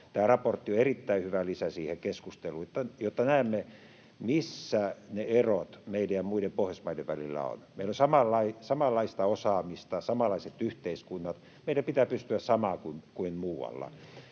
Tämä raportti on erittäin hyvä lisä siihen keskusteluun, jotta näemme, missä ne erot meidän ja muiden Pohjoismaiden välillä ovat. Meillä on samanlaista osaamista, samanlaiset yhteiskunnat. Meidän pitää pystyä samaan kuin muualla.